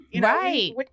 Right